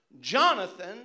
Jonathan